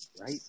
right